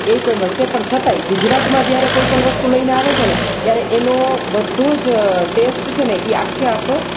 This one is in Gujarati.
એ ફેમસ છે પણ છતાંય ગુજરાતમાં જે જ્યારે કોઇપણ વસ્તુ લઈને આવે છે ને ત્યારે એનો બધો જ ટેસ્ટ છે ને એ આખે આખો